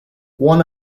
one